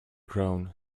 groan